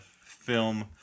film